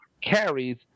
carries